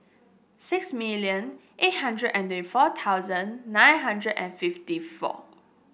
six million eight hundred and a four thousand nine hundred and fifty four